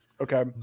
Okay